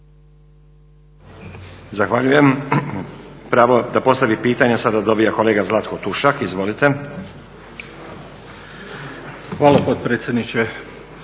Zahvaljujem. Pravo da postavi pitanje sada dobiva kolega Zlatko Tušak. Izvolite. **Tušak,